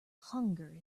hunger